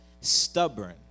stubborn